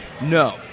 No